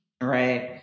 right